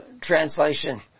translation